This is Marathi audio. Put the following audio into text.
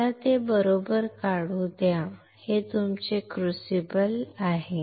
मला ते बरोबर काढू द्या हे तुमचे क्रूसिबल आहे